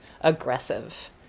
aggressive